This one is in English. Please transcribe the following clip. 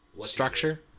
structure